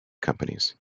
companies